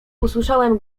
usłyszałem